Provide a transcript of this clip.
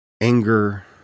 anger